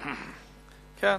כן,